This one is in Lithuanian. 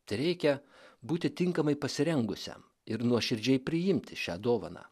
tereikia būti tinkamai pasirengusiam ir nuoširdžiai priimti šią dovaną